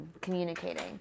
communicating